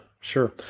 Sure